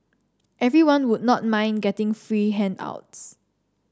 everyone would not mind getting free handouts